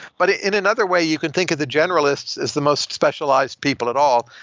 but in another way, you can think of the generalists as the most specialized people at all.